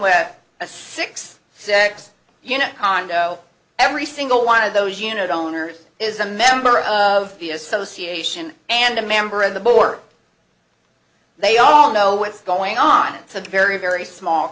with a six unit condo every single one of those unit owners is a member of the association and a member of the board they all know what's going on it's a very very small